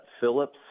Phillips